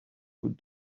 good